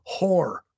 whore